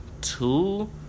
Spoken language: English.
Two